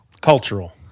Cultural